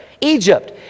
Egypt